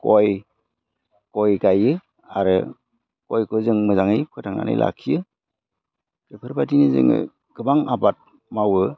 गय गायो आरो गयखौ जों मोजाङै फोथांनानै लाखियो बेफोरबायदिनो जोङो गोबां आबाद मावो